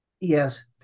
Yes